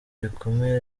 bikomeye